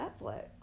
Netflix